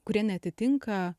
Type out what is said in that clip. kurie neatitinka